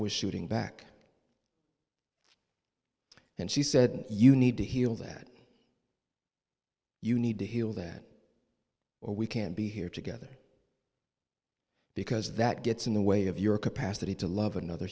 was shooting back and she said you need to heal that you need to heal that or we can be here together because that gets in the way of your capacity to love another